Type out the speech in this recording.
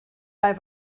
bei